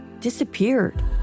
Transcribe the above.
disappeared